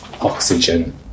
Oxygen